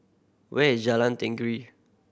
where is Jalan Tenggiri